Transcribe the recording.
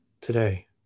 today